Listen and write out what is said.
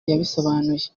yabisobanuye